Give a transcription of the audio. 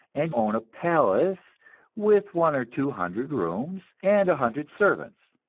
and own a palace with one or two hundred rooms, and a hundred servants.